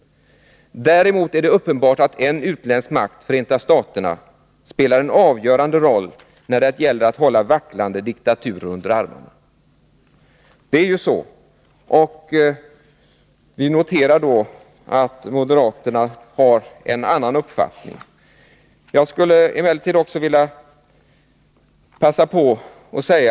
Däremot är det uppenbart att en utländsk makt, Förenta staterna, spelar en avgörande roll när det gäller att hålla vacklande diktaturer under armarna.” — Det är ju så. Vi noterar att moderaterna har en annan uppfattning. Jag skulle vilja passa på och ta upp också en annan sak.